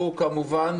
כמובן,